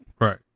Right